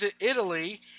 Italy